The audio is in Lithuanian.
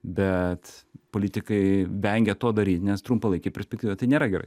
bet politikai vengia to daryt nes trumpalaikėj perspektyvoj tai nėra gerai